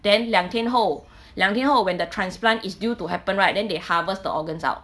then 两天后两天后 when the transplant is due to happen right then they harvest the organs out